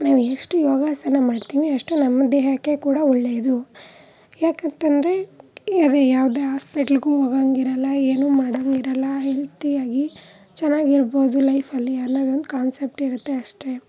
ನಾವು ಎಷ್ಟು ಯೋಗಾಸನ ಮಾಡ್ತೀವಿ ಅಷ್ಟು ನಮ್ಮ ದೇಹಕ್ಕೆ ಕೂಡ ಒಳ್ಳೆಯದು ಯಾಕಂತಂದರೆ ಅದೇ ಯಾವುದೇ ಹಾಸ್ಪೆಟ್ಲ್ಗೂ ಹೋಗೊಂಗಿರಲ್ಲ ಏನು ಮಾಡೊಂಗಿರಲ್ಲ ಹೆಲ್ತಿಯಾಗಿ ಚೆನ್ನಾಗಿರ್ಬೋದು ಲೈಫಲ್ಲಿ ಅನ್ನೋದೊಂದು ಕಾನ್ಸೆಪ್ಟಿರುತ್ತೆ ಅಷ್ಟೇ